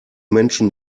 menschen